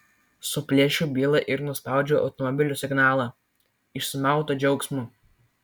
suplėšiau bylą ir nuspaudžiau automobilio signalą iš sumauto džiaugsmo